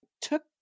took